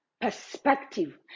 perspective